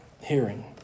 hearing